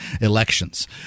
elections